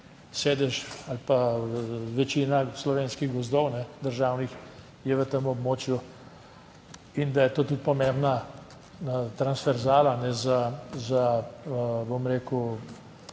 sedež ali pa večina slovenskih gozdov državnih je v tem območju in da je to tudi pomembna transverzala za, bom rekel,